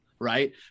right